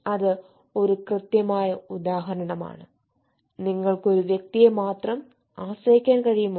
അത് ഒരു കൃത്യമായ ഉദാഹരണമാണ് നിങ്ങൾക്ക് ഒരു വ്യക്തിയെ മാത്രം ആശ്രയിക്കാൻ കഴിയുമോ